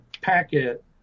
packet